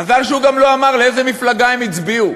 מזל שהוא גם לא אמר לאיזו מפלגה הם הצביעו.